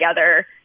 together